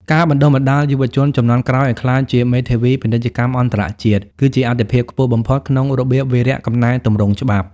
ការបណ្ដុះបណ្ដាលយុវជនជំនាន់ក្រោយឱ្យក្លាយជាមេធាវីពាណិជ្ជកម្មអន្តរជាតិ គឺជាអាទិភាពខ្ពស់បំផុតក្នុងរបៀបវារៈកំណែទម្រង់ច្បាប់។